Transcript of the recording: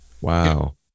Wow